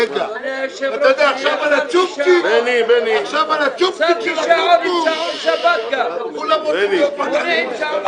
עכשיו על הצ'ופצ'יק של הקומקום כולם רוצים להיות מדענים.